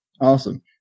Awesome